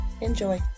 Enjoy